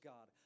God